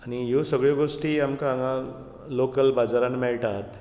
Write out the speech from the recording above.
आना ह्यो सगल्यो गोश्टी आमकां हांगां लोकल बाजारान मेळटात